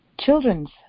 children's